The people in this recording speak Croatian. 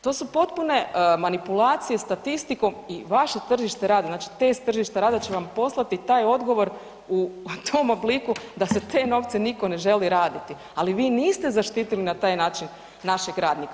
To su potpune manipulacije statistikom i vaše tržište rada, znači test tržišta rada će vam poslati taj odgovor u tom obliku da za te novce nitko ne želi raditi, ali vi niste zaštitili na taj način našeg radnika.